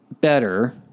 better